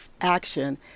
action